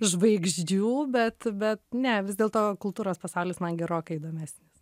žvaigždžių bet bet ne vis dėlto kultūros pasaulis man gerokai įdomesnis